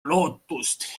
lootust